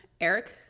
Eric